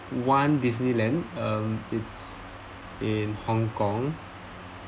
one disneyland um it's in hong kong